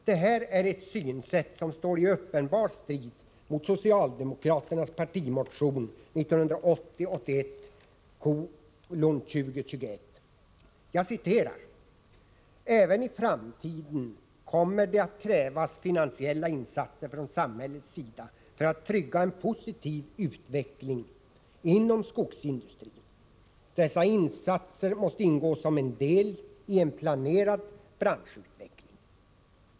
Detta är ett synsätt som står i uppenbar strid mot socialdemokraternas partimotion 1980/81:2021. Jag citerar: ”Även i framtiden kommer det att krävas finansiella insatser från samhällets sida för att trygga en positiv utveckling inom skogsindustrin. Dessa insatser måste emellertid ingå som en deli en planerad branschutveckling.